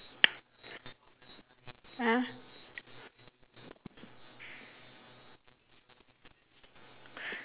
ah